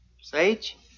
Sage